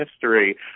history